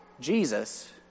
Jesus